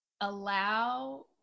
allow